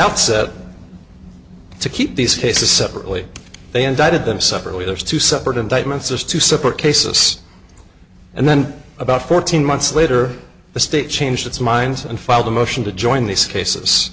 outset to keep these cases separately they indicted them separately there's two separate indictments there's two separate cases and then about fourteen months later the state changed its mind and filed a motion to join these cases